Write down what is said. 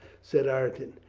said ireton.